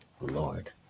Lord